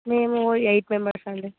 మేము eight members అండి